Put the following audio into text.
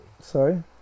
Sorry